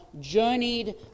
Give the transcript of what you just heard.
journeyed